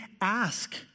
ask